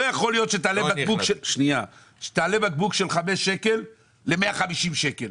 לא יכול להיות שבקבוק שעולה 5 שקלים תעלה את מחירו ל-150 שקלים.